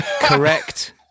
Correct